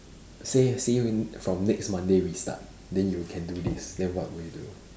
say say you in from next monday we start then you can do this then what would you do